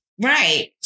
Right